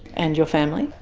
and your family.